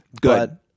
Good